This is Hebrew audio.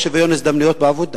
את חוק שוויון הזדמנויות בעבודה